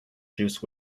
juice